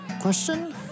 question